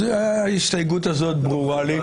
ההסתייגות הזו ברורה לי.